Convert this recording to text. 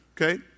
okay